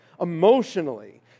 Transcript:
emotionally